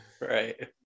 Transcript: Right